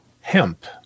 hemp